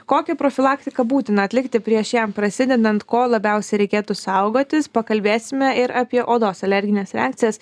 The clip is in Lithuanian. kokią profilaktiką būtina atlikti prieš jam prasidedant ko labiausiai reikėtų saugotis pakalbėsime ir apie odos alergines reakcijas